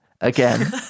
again